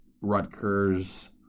Rutgers